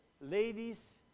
Ladies